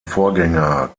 vorgänger